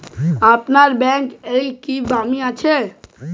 আপনাদের ব্যাংক এ কি কি বীমা আছে?